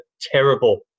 terrible